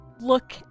look